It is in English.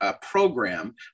program